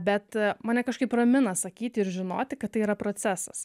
bet mane kažkaip ramina sakyti ir žinoti kad tai yra procesas